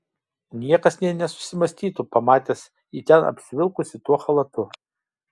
niekas nė nesusimąstytų pamatęs jį ten apsivilkusį tuo chalatu